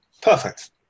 Perfect